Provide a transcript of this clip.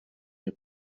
nie